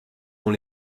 dont